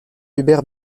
hubert